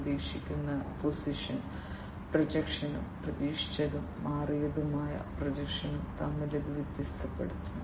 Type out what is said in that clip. പ്രതീക്ഷിക്കുന്ന പൊസിഷൻ പ്രൊജക്ഷനും പ്രതീക്ഷിച്ചതും മാറിയതുമായ പ്രൊജക്ഷനും തമ്മിൽ ഇത് വ്യത്യാസപ്പെടുത്തുന്നു